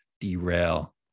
derail